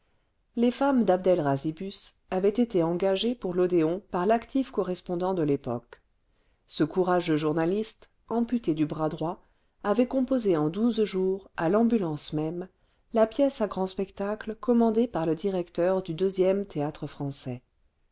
les femmes dabd el razibus avaient été engagées pour l'odéon par l'actif correspondant de y époque ce courageux journaliste amputé du bras droit avait composé en douze jours à l'ambulance même la pièce à grand spectacle commandée par le directeur du deuxième